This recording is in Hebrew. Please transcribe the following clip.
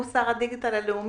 הוא שר הדיגיטל הלאומי.